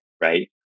right